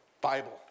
Bible